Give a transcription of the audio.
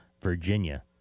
Virginia